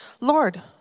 Lord